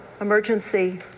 emergency